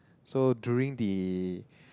so during the